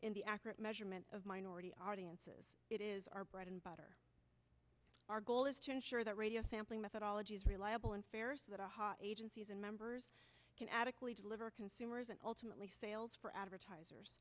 in the accurate measurement of minority audiences it is our bread and butter our goal is to ensure that radio sampling methodology is reliable and fair that our hot agencies and members can adequately deliver consumers and ultimately sales for advertisers